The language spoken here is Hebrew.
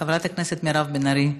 חברת הכנסת מירב בן ארי,